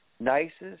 Nicest